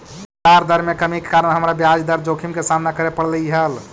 बजार दर में कमी के कारण हमरा ब्याज दर जोखिम के सामना करे पड़लई हल